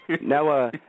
Now